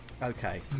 Okay